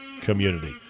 community